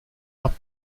are